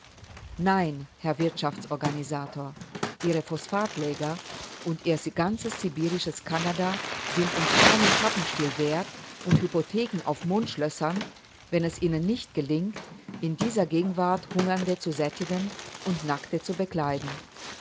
nein herr wirtschaftsorganisator ihre phosphatläger und ihr ganzes sibirisches kanada sind uns keinen pappenstiel wert und hypotheken auf mondschlössern wenn es ihnen nicht gelingt in dieser gegenwart hungernde zu sättigen und nackte zu bekleiden